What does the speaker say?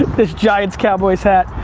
this giants cowboys hat,